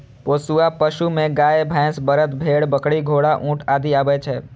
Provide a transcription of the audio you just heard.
पोसुआ पशु मे गाय, भैंस, बरद, भेड़, बकरी, घोड़ा, ऊंट आदि आबै छै